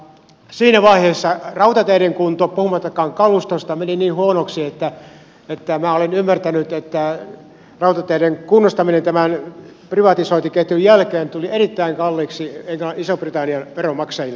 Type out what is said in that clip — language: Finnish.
siinä vaiheessa rautateiden kunto puhumattakaan kalustosta meni niin huonoksi että minä olen ymmärtänyt että rautateiden kunnostaminen tämän privatisointiketjun jälkeen tuli erittäin kalliiksi iso britannian veronmaksajille